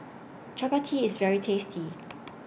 Chappati IS very tasty